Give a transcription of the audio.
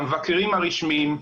המבקרים הרשמיים,